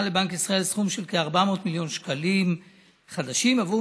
לבנק ישראל סכום של כ-400 מיליון שקלים חדשים עבור